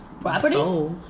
Property